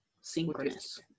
Synchronous